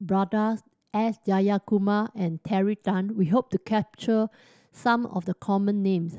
Prakash S Jayakumar and Terry Tan we hope to capture some of the common names